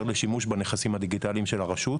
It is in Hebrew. לשימוש בנכסים הדיגיטליים של הרשות,